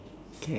k